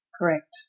Correct